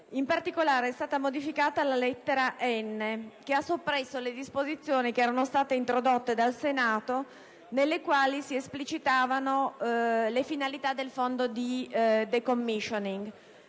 In particolare, è stata modificata la lettera *n)* sopprimendo le disposizioni introdotte dal Senato nelle quali si esplicitavano le finalità del fondo di *decommissioning*.